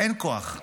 אין כוח,